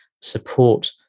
support